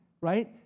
right